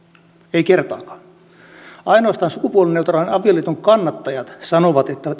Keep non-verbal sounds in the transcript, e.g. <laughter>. ei kertaakaan ainoastaan sukupuolineutraalin avioliiton kannattajat sanovat että <unintelligible>